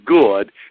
good